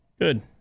Good